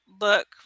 look